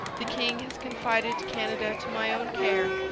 the king has confided canada to my own care,